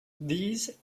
these